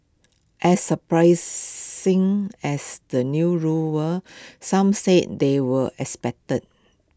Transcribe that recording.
as surprising as the new rules were some say they were expected